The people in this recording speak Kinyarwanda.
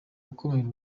gukumira